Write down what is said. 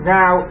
now